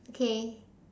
okay